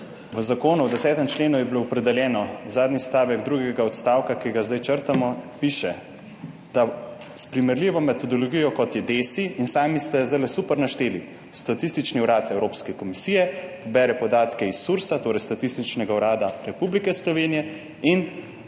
v Zakonu, v 10. členu je bilo opredeljeno, zadnji stavek drugega odstavka, ki ga zdaj črtamo, piše, da s primerljivo metodologijo, kot je DESI, in sami ste zdaj super našteli, Statistični urad Evropske komisije pobere podatke od Sursa, torej Statističnega urada Republike Slovenije, in